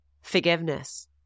Forgiveness